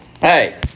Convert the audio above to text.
Hey